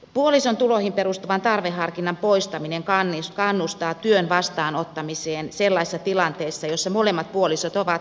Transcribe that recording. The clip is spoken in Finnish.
puolison tuloihin perustuvan tarveharkinnan poistaminen kannustaa työn vastaanottamiseen sellaisissa tilanteissa joissa molemmat puolisot ovat työmarkkinatuella